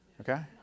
okay